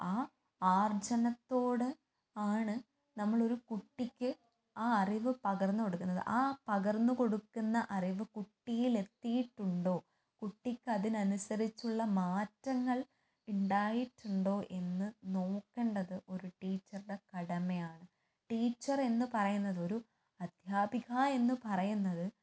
ആ ആർജ്ജനത്തോട് ആണ് നമ്മളൊരു കുട്ടിക്ക് ആ അറിവ് പകർന്ന് കൊടുക്കുന്നത് ആ പകർന്ന് കൊടുക്കുന്ന അറിവ് കുട്ടിയിലെത്തിയിട്ടുണ്ടോ കുട്ടിക്കതിനനുസരിച്ചുള്ള മാറ്റങ്ങൾ ഉണ്ടായിട്ടുണ്ടോ എന്ന് നോക്കേണ്ടത് ഒരു ടീച്ചറിൻ്റെ കടമയാണ് ടീച്ചർ എന്ന് പറയുന്നത് ഒരു അദ്ധ്യാപിക എന്ന് പറയുന്നത്